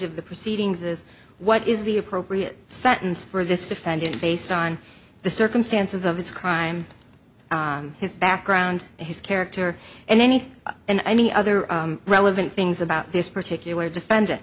of the proceedings is what is the appropriate sentence for this defendant based on the circumstances of his crime his background his character and any and i me other relevant things about this particular defend